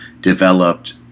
developed